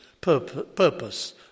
purpose